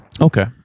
Okay